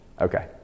Okay